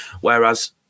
Whereas